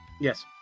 Yes